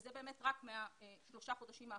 וזה באמת רק משלושת החודשים האחרונים.